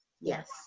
Yes